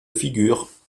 figures